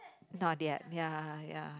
not yet ya ya